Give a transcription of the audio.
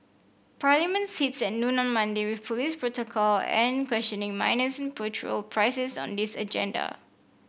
parliament sits at noon on Monday with police protocol an questioning minors petrol prices on this agenda